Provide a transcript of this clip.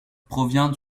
provient